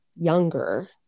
younger